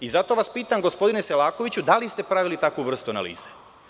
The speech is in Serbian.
I zato vas pitam, gospodine Selakoviću, da li ste pravili takvu vrstu analize?